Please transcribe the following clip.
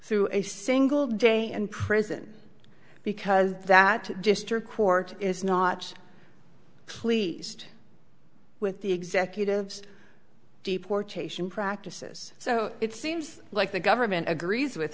through a single day in prison because that just or court is not pleased with the executives deportation practices so it seems like the government agrees with